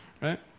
Right